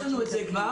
יש לנו את זה כבר.